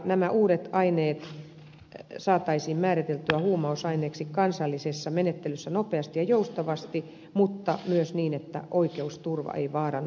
nämä uudet aineet saataisiin määriteltyä huumausaineiksi kansallisessa menettelyssä nopeasti ja joustavasti mutta myös niin että oikeusturva ei vaarannu